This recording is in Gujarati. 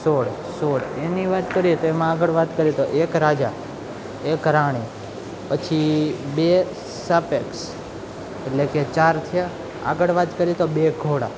સોળ સોળ એની વાત કરીએ તો એમાં આગળ વાત કરીએ તો એક રાજા એક રાણી પછી બે સાપેક્ષ એટલે કે ચાર થયા આગળ વાત કરીએ તો બે ઘોડા